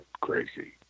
crazy